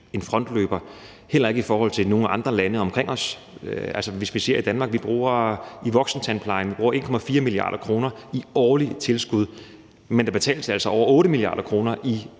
en frontløber, heller ikke i forhold til nogle andre lande omkring os. Altså, i Danmark bruger vi i voksentandplejen 1,4 mia. kr. årligt i tilskud, men der betales altså over 8 mia. kr. i